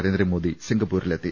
Narendra Modi സിംഗപ്പൂരിലെത്തി